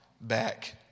back